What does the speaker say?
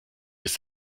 ist